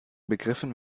begriffen